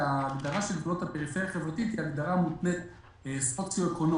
שגבולות הפריפריה החברתית היא הגדרה מותנית בדירוג סוציו אקונומי.